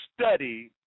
study